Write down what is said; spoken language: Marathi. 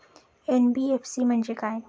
एन.बी.एफ.सी म्हणजे काय?